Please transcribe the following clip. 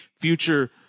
future